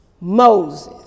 Moses